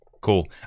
Cool